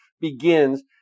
begins